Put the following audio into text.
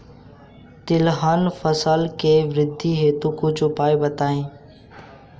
तिलहन फसल के वृद्धि हेतु कुछ उपाय बताई?